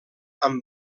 amb